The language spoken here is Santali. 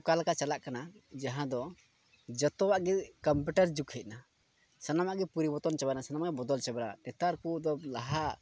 ᱚᱠᱟ ᱞᱮᱠᱟ ᱪᱟᱞᱟᱜ ᱠᱟᱱᱟ ᱡᱟᱦᱟᱸ ᱫᱚ ᱡᱚᱛᱚᱣᱟᱜ ᱜᱮ ᱠᱚᱢᱯᱤᱭᱩᱴᱟᱨ ᱡᱩᱜᱽ ᱦᱮᱡ ᱱᱟ ᱥᱟᱱᱟᱢᱟᱜ ᱯᱚᱨᱤᱵᱚᱨᱛᱚᱱ ᱪᱟᱵᱟᱭᱱᱟ ᱥᱟᱱᱟᱢᱟᱜ ᱵᱚᱫᱚᱞ ᱪᱟᱵᱟᱭᱱᱟ ᱱᱮᱛᱟᱨ ᱠᱚ ᱫᱚ ᱞᱟᱦᱟ